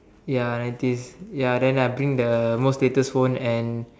ya nineties ya then I bring the most latest phone and